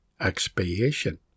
expiation